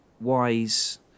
wise